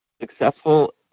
successful